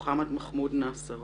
מוחמד מחמוד נסר